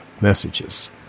messages